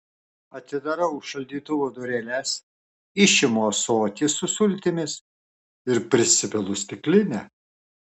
atidarau šaldytuvo dureles išimu ąsotį su sultimis ir prisipilu stiklinę